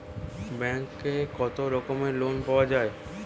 ব্যাঙ্কে কত রকমের লোন পাওয়া য়ায়?